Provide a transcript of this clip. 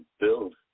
build